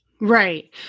Right